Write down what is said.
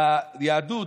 ביהדות,